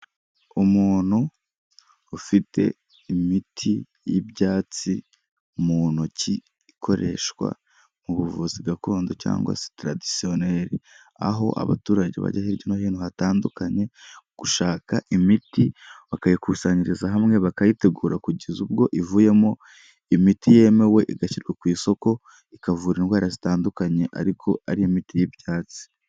Umuntu ufite imiti y'ibyatsi mu ntoki ikoreshwa mu buvuzi gakondo cyangwa sitiradisiyoneri, aho abaturage bajya hirya no hino hatandukanye gushaka imiti bakayikusanyiriza hamwe. Bakayitegura kugeza ubwo ivuyemo imiti yemewe igashyirwa ku isoko, ikavura indwara zitandukanye ariko ari imiti y'ibyatsi.